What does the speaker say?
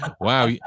Wow